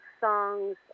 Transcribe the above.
songs